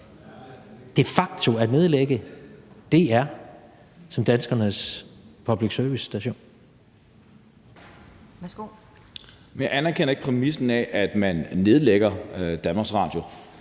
de facto at nedlægge DR som danskernes public service-station?